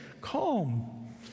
calm